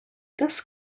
this